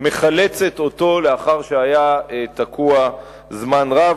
מחלצות לאחר שהיה תקוע זמן רב.